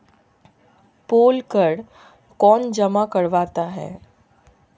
पोल कर कौन जमा करवाता है?